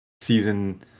season